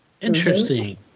Interesting